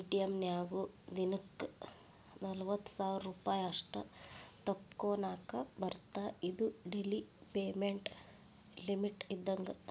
ATM ನ್ಯಾಗು ದಿನಕ್ಕ ನಲವತ್ತ ಸಾವಿರ್ ರೂಪಾಯಿ ಅಷ್ಟ ತೋಕೋನಾಕಾ ಬರತ್ತಾ ಇದು ಡೆಲಿ ಪೇಮೆಂಟ್ ಲಿಮಿಟ್ ಇದ್ದಂಗ